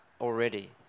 already